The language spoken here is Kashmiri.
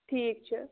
ٹھیٖک چھِ